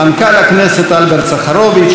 מנכ"ל הכנסת אלברט סחרוביץ,